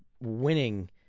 winning